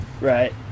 Right